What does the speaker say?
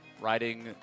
riding